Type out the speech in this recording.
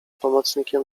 pomocnikiem